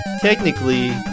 technically